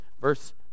Verse